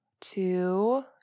Two